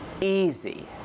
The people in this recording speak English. easy